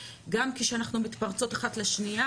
אנחנו נמשיך לעבוד ביחד גם כשאנחנו מתפרצות אחת לשנייה,